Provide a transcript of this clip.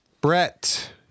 Brett